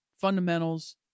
fundamentals